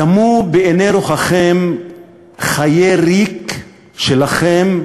דמו בעיני רוחכם חיי ריק שלכם,